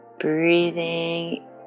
Breathing